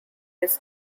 his